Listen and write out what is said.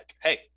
hey